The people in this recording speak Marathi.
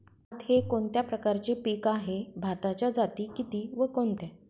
भात हे कोणत्या प्रकारचे पीक आहे? भाताच्या जाती किती व कोणत्या?